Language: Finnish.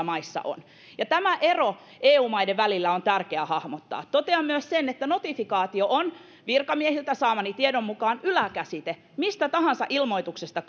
maissa on ja tämä ero eu maiden välillä on tärkeä hahmottaa totean myös sen että notifikaatio on virkamiehiltä saamani tiedon mukaan yläkäsite mistä tahansa ilmoituksesta